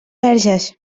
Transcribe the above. verges